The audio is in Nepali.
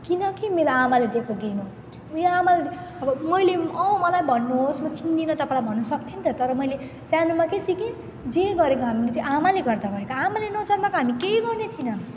किनकि मेरो आमाले दिएको देन हो उयो आमाले अब मैले अँ मलाई भन्नुहोस् म चिन्दिनँ तपाईँलाई भन्नु सक्थे नि त तर मैले सानोमा के सिकेँ जे गरेको हामीले त्यो आमाले गर्दा भएको आमाले नजन्माएको हामी केही गर्ने थिएनौँ